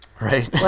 Right